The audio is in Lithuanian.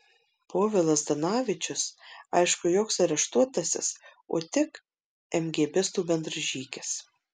povilas zdanavičius aišku joks areštuotasis o tik emgėbistų bendražygis